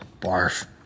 barf